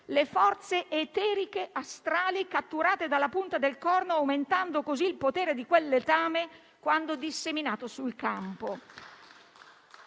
le forze eteriche astrali catturate dalla punta del corno, aumentando così il potere di quel letame quando è disseminato sul campo.